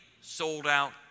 sold-out